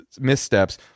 missteps –